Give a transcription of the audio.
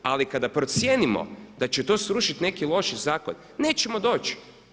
Ali kada procijenimo da će to srušiti neki loš zakon nećemo doći.